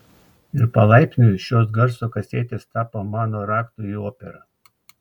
ir palaipsniui šios garso kasetės tapo mano raktu į operą